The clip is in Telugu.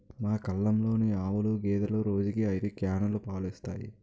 మా కల్లంలోని ఆవులు, గేదెలు రోజుకి ఐదు క్యానులు పాలు ఇస్తాయి